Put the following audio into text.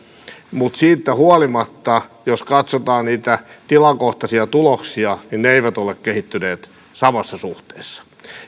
niin siitä huolimatta jos katsotaan niitä tilakohtaisia tuloksia ne eivät ole kehittyneet samassa suhteessa